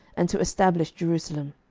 and to establish jerusalem